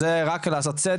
אז זה רק על מנת לעשות סדר,